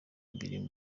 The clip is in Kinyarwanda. biri